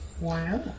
Wow